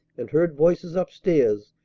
and heard voices up-stairs,